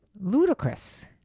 ludicrous